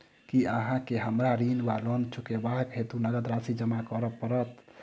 की अहाँ केँ हमरा ऋण वा लोन चुकेबाक हेतु नगद राशि जमा करऽ पड़त?